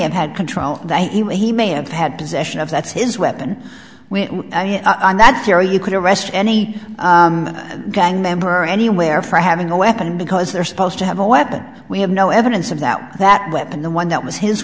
have had control that he may have had possession of that's his weapon and that theory you could arrest any gang member anywhere for having a weapon because they're supposed to have a weapon we have no evidence of that that weapon the one that was his